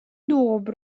добр